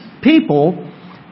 people